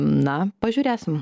na pažiūrėsim